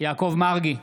יעקב מרגי,